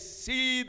see